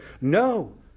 No